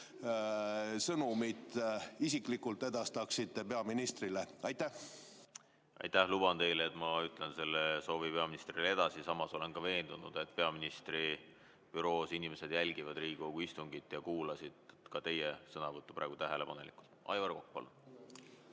sõnumi isiklikult edastaksite peaministrile. Aitäh! Ma luban teile, et ütlen selle soovi peaministrile edasi. Samas olen veendunud, et ka peaministri büroos inimesed jälgivad Riigikogu istungit ja kuulasid teie sõnavõttu praegu tähelepanelikult. Aivar Kokk,